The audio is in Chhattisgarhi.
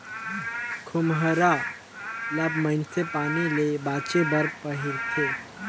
खोम्हरा ल मइनसे पानी ले बाचे बर पहिरथे